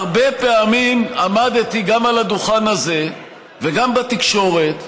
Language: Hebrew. הרבה פעמים עמדתי גם על הדוכן הזה וגם בתקשורת ואמרתי: